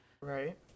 Right